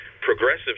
progressive